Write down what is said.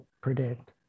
predict